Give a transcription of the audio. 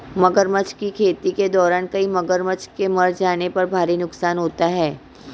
मगरमच्छ की खेती के दौरान कई मगरमच्छ के मर जाने पर भारी नुकसान होता है